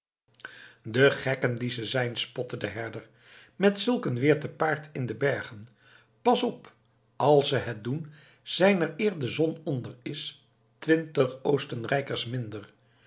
de gekken die ze zijn spotte de herder met zulk weer te paard in de bergen pas op als ze het doen zijn er eer de zon onder is twintig oostenrijkers minder